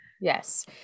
yes